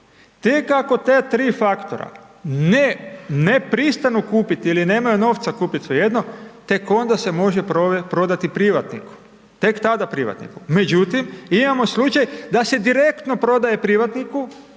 tek ako ta 3 faktora ne pristanu kupiti ili nemaju novca, svejedno, tek onda se može prodati privatniku, tek tada privatniku međutim, imamo slučaj da se direktno prodaje privatniku